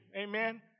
amen